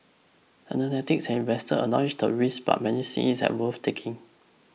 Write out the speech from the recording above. analysts and investors acknowledge the risk but many see it as worth taking